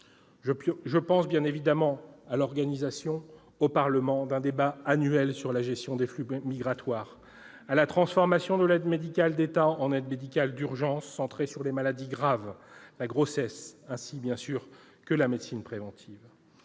Je pense, bien évidemment, à l'organisation au Parlement d'un débat annuel sur la gestion des flux migratoires, à la transformation de l'aide médicale de l'État en aide médicale d'urgence centrée sur les maladies graves, la grossesse, ainsi bien sûr que la médecine préventive.